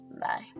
Bye